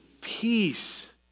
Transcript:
Peace